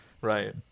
right